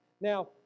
Now